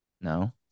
no